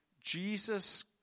Jesus